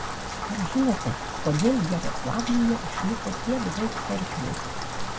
ar žinote kodėl jaroslavlyje išliko tiek daug cerkvių